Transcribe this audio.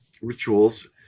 rituals